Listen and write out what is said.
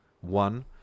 One